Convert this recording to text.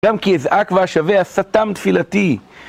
גם כי איזה אזעק ואשווע, שתם תפילתי.